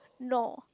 no